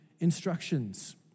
instructions